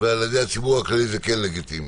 ועל ידי הציבור הכללי זה כן לגיטימי.